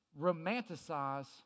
romanticize